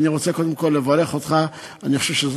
אני רוצה קודם כול לברך אותך,